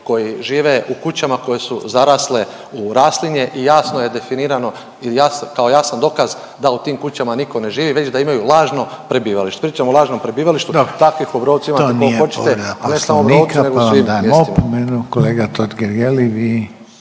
koji žive u kućama koje su zarasle u raslinje i jasno je definirano kao jasan dokaz da u tim kućama niko ne živi već da imaju lažno prebivalište. Pričamo o lažno prebivalištu …/Upadica Reiner: Dobro…/… takvih u Obrovcu ima kolko oćete,